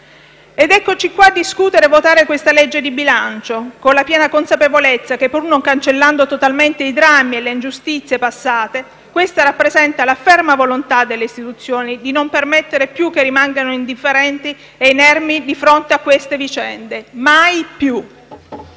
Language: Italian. Ed eccoci qui a discutere e votare questa legge di bilancio, con la piena consapevolezza che, pur non cancellando totalmente i drammi e le ingiustizie passate, rappresenta la ferma volontà delle istituzioni di non permettere più che rimangano indifferenti e inermi di fronte a queste vicende. Mai più.